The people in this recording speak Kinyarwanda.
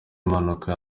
impanuka